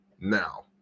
now